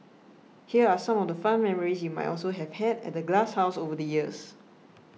here are some of the fun memories you might also have had at the Glasshouse over the years